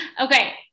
Okay